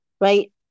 Right